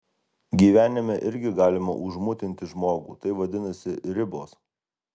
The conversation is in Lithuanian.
gyvenime irgi galima užmutinti žmogų tai vadinasi ribos